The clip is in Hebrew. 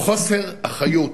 חוסר אחריות